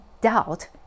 doubt